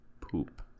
poop